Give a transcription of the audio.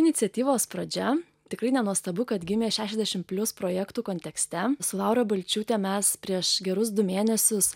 iniciatyvos pradžia tikrai nenuostabu kad gimė šešiasdešim plius projektų kontekste su laura balčiūte mes prieš gerus du mėnesius